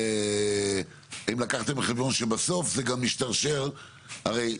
האם לקחתם בחשבון שבסוף זה גם ישתרשר, הרי,